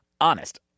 honest